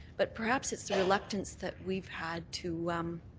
but perhaps it's the reluctance that we've had to